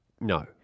No